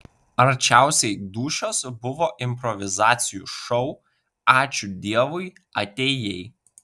arčiausiai dūšios buvo improvizacijų šou ačiū dievui atėjai